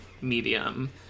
medium